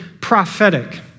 prophetic